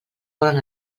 volen